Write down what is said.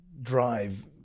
drive